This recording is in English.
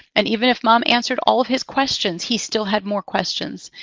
and even if mom answered all of his questions, he still had more questions.